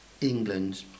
England